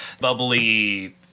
bubbly